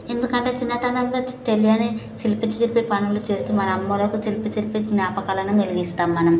ఎందుకంటే చిన్నతనంలో తెలియని చిలిపి చిలిపి పనులు చేస్తూ మన అమ్మ వాళ్ళకు చిలిపి చిలిపి జ్ఞాపకాలను మిలిగిస్తాం మనం